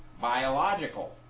biological